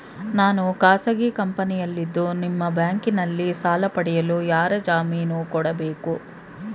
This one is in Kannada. ನಾನು ಖಾಸಗಿ ಕಂಪನಿಯಲ್ಲಿದ್ದು ನಿಮ್ಮ ಬ್ಯಾಂಕಿನಲ್ಲಿ ಸಾಲ ಪಡೆಯಲು ಯಾರ ಜಾಮೀನು ಕೊಡಬೇಕು?